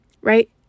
right